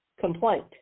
complaint